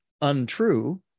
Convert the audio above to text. untrue